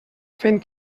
fent